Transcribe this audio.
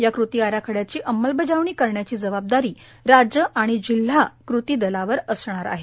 या कृती आराखड्याची अंमलबजावणी करण्याची जबाबदारी राज्य आणि जिल्हा कृती दला वर असणार आहे